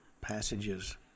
passages